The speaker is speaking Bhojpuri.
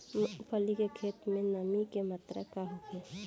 मूँगफली के खेत में नमी के मात्रा का होखे?